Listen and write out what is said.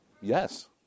Yes